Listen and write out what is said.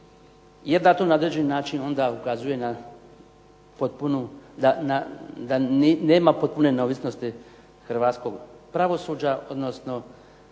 jer da to na određeni način onda ukazuje na potpunu, da nema potpune neovisnosti hrvatskog pravosuđa, odnosno